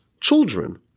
children